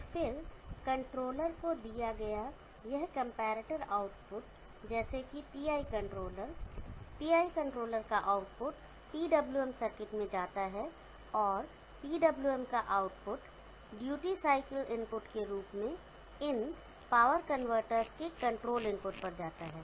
और फिर कंट्रोलर को दिया गया यह कंपैरेटर आउटपुट जैसे कि पीआई कंट्रोलर पीआई कंट्रोलर का आउटपुट पीडब्लूएम सर्किट में जाता है और पीडब्लूएम का आउटपुट ड्यूटी साइकिल इनपुट के रूप में इन पावर कन्वर्टर्स के कंट्रोल इनपुट पर जाता है